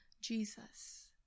Jesus